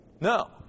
No